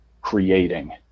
creating